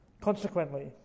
Consequently